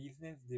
business